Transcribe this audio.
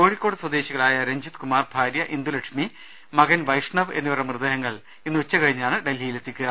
കോഴിക്കോട് സ്വദേശികളായ രഞ്ജിത്ത്കുമാർ ഭാര്യ ഇന്ദുലക്ഷ്മി മകൻ വൈഷ്ണവ് എന്നിവ രുടെ മൃതദേഹങ്ങൾ ഇന്ന് ഉച്ച കഴിഞ്ഞാണ് ഡൽഹിയിൽ എത്തി ക്കുക